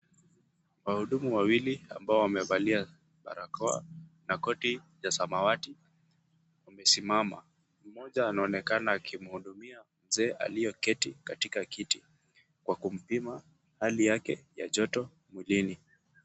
Wahudumu wawili ambao wamevalia barakoa na koti ya samawati wamesimama, mmoja anaonekana akimhudumia mzee aliyeketi katika kiti kwa kumpima hali yake ya joto mwilini.